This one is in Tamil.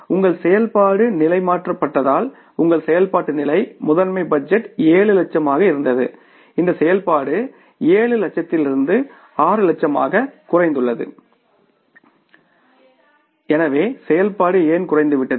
உங்கள் செயல்பாட்டு நிலை மாற்றப்பட்டதால் உங்கள் செயல்பாட்டு நிலை மாஸ்டர் பட்ஜெட் 7 லட்சமாக இருந்தது இந்த செயல்பாடு 7 லட்சத்திலிருந்து 6 லட்சமாக குறைந்துள்ளது எனவே செயல்பாடு ஏன் குறைந்துவிட்டது